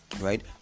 Right